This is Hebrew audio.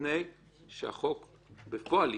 לפני שהחוק בפועל ייכנס.